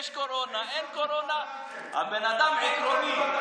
יש קורונה, אין קורונה, הבן אדם עקרוני.